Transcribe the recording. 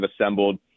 assembled